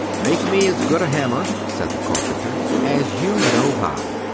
make me as good a hammer, said the carpenter, as you know how.